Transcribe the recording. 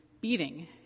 beating